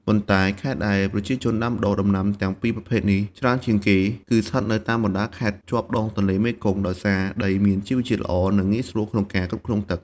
ប៉ុន្តែខេត្តដែលប្រជាជនដាំដុះដំណាំទាំងពីរប្រភេទនេះច្រើនជាងគេ គឺស្ថិតនៅតាមបណ្ដាខេត្តជាប់ដងទន្លេមេគង្គ ដោយសារដីមានជីវជាតិល្អ និងងាយស្រួលក្នុងការគ្រប់គ្រងទឹក។